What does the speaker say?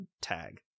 tag